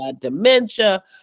dementia